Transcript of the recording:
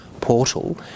portal